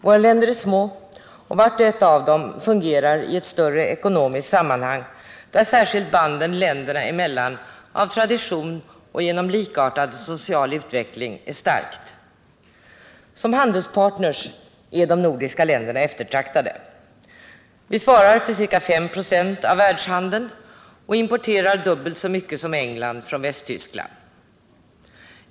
Våra länder är små och vart och ett av dem fungerar i ett större ekonomiskt sammanhang, där särskilt banden länderna emellan av tradition och genom likartad social utveckling är starka. Som handelspartner är de nordiska länderna eftertraktade. Sverige svarar för ca 5 26 av världshandeln och importerar dubbelt så mycket som England från Västtyskland.